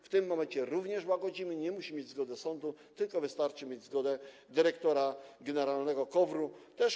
W tym momencie również łagodzimy, nie musi mieć zgody sądu, tylko wystarczy mieć zgodę dyrektora generalnego KOWR-u.